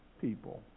people